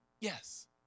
Yes